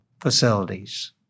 facilities